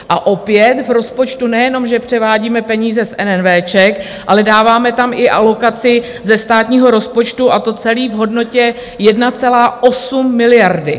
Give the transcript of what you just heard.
A opět v rozpočtu nejenom že převádíme peníze z NNV, ale dáváme tam i alokaci ze státního rozpočtu, a to celé v hodnotě 1,8 miliardy.